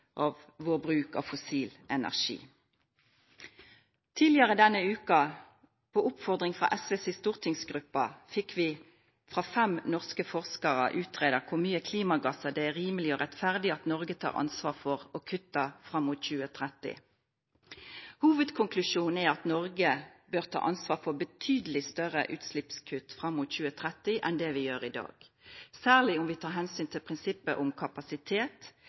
av vår bruk av fossil energi.» Tidlegare denne veka, på oppfordring frå SVs stortingsgruppe, fekk vi frå fem norske forskarar utgreidd kor mykje klimagassar det er rimeleg og rettferdig at Noreg tek ansvaret for å kutta fram mot 2030. Hovudkonklusjonen er at Noreg bør ta ansvar for betydeleg større utsleppskutt fram mot 2030 enn det vi gjer i dag. Særleg om vi tek omsyn til prinsippet om kapasitet,